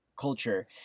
culture